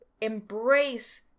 embrace